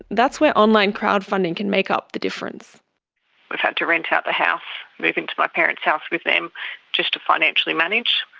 that's where online crowdfunding can make up the difference. we've had to rent out the house, move into my parents' house with them just to financially manage.